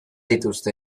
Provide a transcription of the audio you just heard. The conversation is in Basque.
dituzte